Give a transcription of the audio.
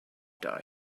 die